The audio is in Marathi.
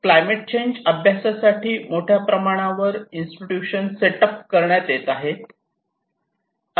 क्लायमेट चेंज अभ्यासासाठी मोठ्या प्रमाणावर इन्स्टिट्यूशन अल सेट अप करण्यात येत आहे